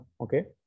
okay